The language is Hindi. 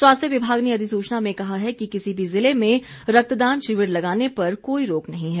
स्वास्थ्य विभाग ने अधिसूचना में कहा है कि किसी भी जिले में रक्तदान शिविर लगाने पर कोई रोक नहीं है